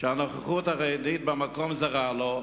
שהנוכחות החרדית במקום זרה לו,